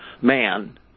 man